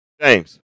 James